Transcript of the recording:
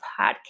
podcast